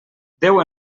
déu